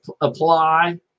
apply